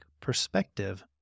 perspective